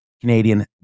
Canadian